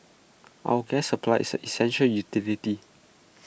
our gas supply is an essential utility